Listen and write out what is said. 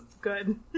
good